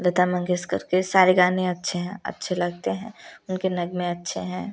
लता मंगेशकर के सारे गाने अच्छे हैं अच्छे लगते हैं उनके नगमें अच्छे हैं